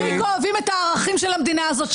מספיק אוהבים את הערכים של המדינה הזאת.